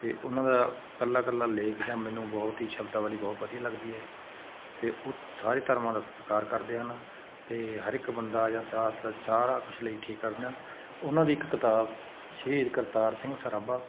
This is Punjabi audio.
ਅਤੇ ਉਹਨਾਂ ਦਾ ਇਕੱਲਾ ਇਕੱਲਾ ਲੇਖ ਜਾਂ ਮੈਨੂੰ ਬਹੁਤ ਹੀ ਸ਼ਬਦਾਵਲੀ ਬਹੁਤ ਵਧੀਆ ਲੱਗਦੀ ਹੈ ਅਤੇ ਉਹ ਸਾਰੇ ਧਰਮਾਂ ਦਾ ਸਤਿਕਾਰ ਕਰਦੇ ਹਨ ਅਤੇ ਹਰ ਇੱਕ ਬੰਦਾ ਜਾਂ ਚਾਰ ਚਾਰ ਸਾਰਾ ਕੁਛ ਲਈ ਠੀਕ ਕਰਦਾ ਉਹਨਾਂ ਦੀ ਇੱਕ ਕਿਤਾਬ ਸ਼ਹੀਦ ਕਰਤਾਰ ਸਿੰਘ ਸਰਾਭਾ